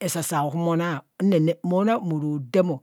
esasa ohumo no mo na none mo na mo raa dam o.